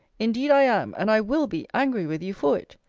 indeed i am, and i will be, angry with you for it.